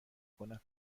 کنم